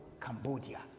Cambodia